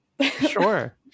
Sure